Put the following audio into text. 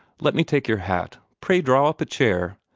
let me take your hat pray draw up a chair.